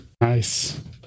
Nice